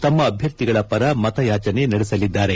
ತಮ್ನ ಅಭ್ವರ್ಥಿಗಳ ಪರ ಮತಯಾಚನೆ ನಡೆಸಲಿದ್ದಾರೆ